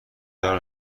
دار